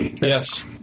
Yes